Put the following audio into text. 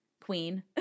queen